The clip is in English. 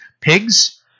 pigs